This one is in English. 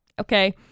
Okay